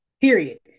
Period